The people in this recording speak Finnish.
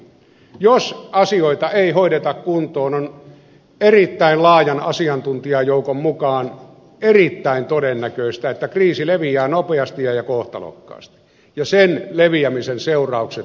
jos asioita ei hoideta kuntoon on erittäin laajan asiantuntijajoukon mukaan erittäin todennäköistä että kriisi leviää nopeasti ja kohtalokkaasti ja sen leviämisen seuraukset olisivat arvaamattomat